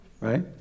Right